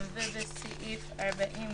בסעיף 46